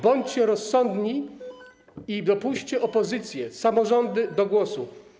Bądźcie rozsądni i dopuście opozycję, samorządy do głosu.